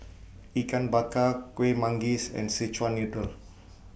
Ikan Bakar Kueh Manggis and Szechuan Noodle